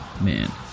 Man